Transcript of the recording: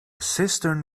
cistern